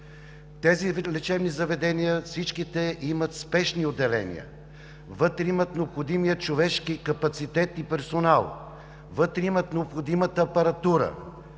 тези лечебни заведения имат спешни отделения. Вътре имат необходимия човешки капацитет и персонал. Вътре имат необходимата апаратура.